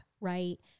right